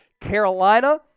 Carolina